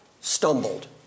stumbled